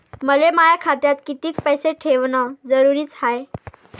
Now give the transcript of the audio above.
मले माया खात्यात कितीक पैसे ठेवण जरुरीच हाय?